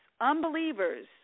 unbelievers